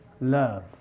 love